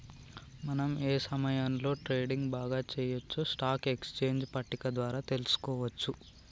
మనం ఏ సమయంలో ట్రేడింగ్ బాగా చెయ్యొచ్చో స్టాక్ ఎక్స్చేంజ్ పట్టిక ద్వారా తెలుసుకోవచ్చు